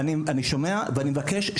אני שומע ואני מבקש,